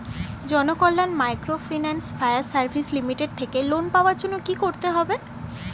Janakalyan microfinance fire service limited থেকে loan পাওয়ার জন্য কি করতে হবে?